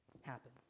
happen